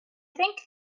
think